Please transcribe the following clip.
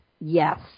yes